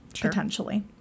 potentially